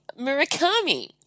Murakami